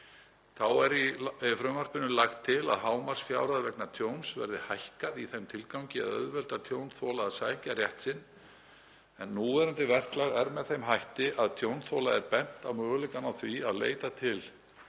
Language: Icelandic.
Þá er í frumvarpinu lagt til að hámarksfjárhæð vegna tjóns verði hækkuð í þeim tilgangi að auðvelda tjónþola að sækja rétt sinn en núverandi verklag er með þeim hætti að tjónþola er bent á möguleikann á því að leita til ríkisins